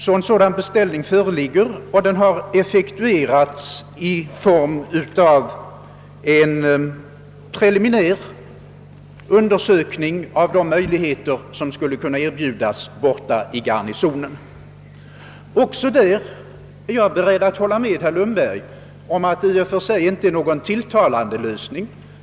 Denna beställning har effektuerats bland annat i form av en preliminär undersökning av de möjligheter som skulle kunna erbjudas i kvarteret Garnisonen. Jag är också på denna punkt beredd att hålla med herr Lundberg om att detta i och för sig inte är någon tilltalande lösning.